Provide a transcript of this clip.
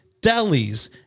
delis